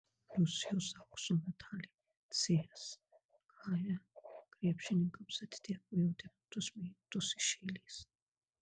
rusijos aukso medaliai cska krepšininkams atiteko jau devintus metus iš eilės